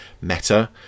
meta